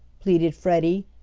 pleaded freddie,